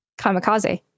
kamikaze